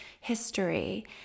history